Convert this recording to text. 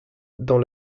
dans